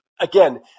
again